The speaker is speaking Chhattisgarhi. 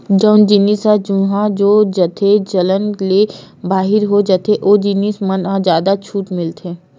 जउन जिनिस ह जुनहा हो जाथेए चलन ले बाहिर हो जाथे ओ जिनिस मन म जादा छूट मिलथे